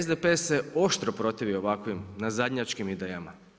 SDP se oštro protivi ovakvim na zajedničkim idejama.